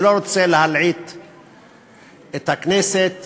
אני לא רוצה להלעיט את הכנסת